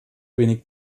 wenig